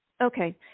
Okay